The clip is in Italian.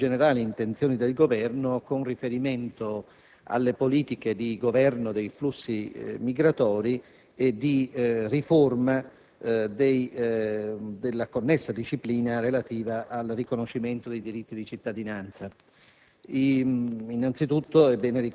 e, in relazione a questi, alle più generali intenzioni dell'Esecutivo in merito alle politiche di governo dei flussi migratori e di riforma della connessa disciplina relativa al riconoscimento dei diritti di cittadinanza.